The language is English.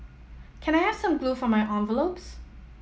can I have some glue for my envelopes